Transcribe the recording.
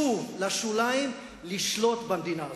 שוב לשוליים, לשלוט במדינה הזאת.